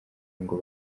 ngo